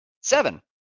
seven